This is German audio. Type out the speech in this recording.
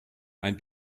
ein